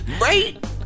Right